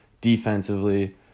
defensively